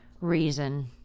Reason